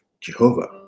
Jehovah